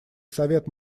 совет